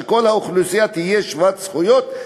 שכל האוכלוסייה תהיה שוות זכויות,